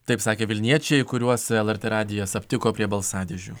taip sakė vilniečiai kuriuos lrt radijas aptiko prie balsadėžių